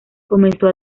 comenzó